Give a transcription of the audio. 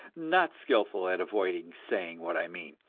not skillful at avoiding saying what i mean.